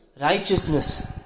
righteousness